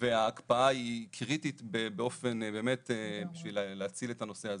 וההקפאה היא קריטית באמת בשביל להציל את הנושא הזה.